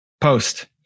post